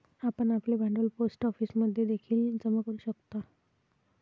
आपण आपले भांडवल पोस्ट ऑफिसमध्ये देखील जमा करू शकता